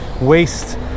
waste